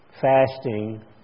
fasting